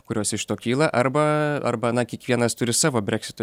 kurios iš to kyla arba arba na kiekvienas turi savo breksito